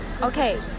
Okay